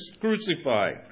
crucified